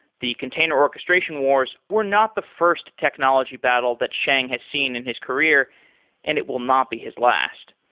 the container orchestration wars were not the first technology battle that sheng has seen in his career and it will not be his last.